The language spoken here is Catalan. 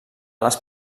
les